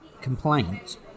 complaint